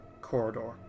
corridor